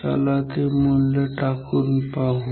चला ते मूल्य टाकून पाहू